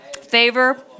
favor